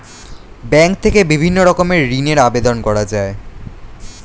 bank থেকে বিভিন্ন রকমের ঋণের আবেদন করা যায়